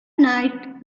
night